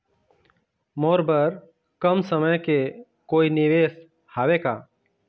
मोर बर कम समय के कोई निवेश हावे का?